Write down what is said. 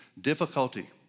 difficulty